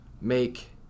make